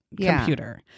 computer